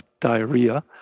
diarrhea